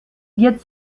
wird